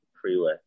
freeway